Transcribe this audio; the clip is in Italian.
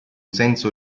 senso